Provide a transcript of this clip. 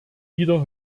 wieder